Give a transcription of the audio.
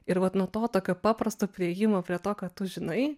ir vat nuo to tokio paprasto priėjimo prie to ką tu žinai